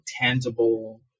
tangible